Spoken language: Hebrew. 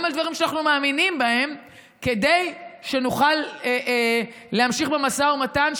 בדברים שאנחנו מאמינים בהם כדי שנוכל להמשיך במשא ומתן,